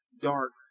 dark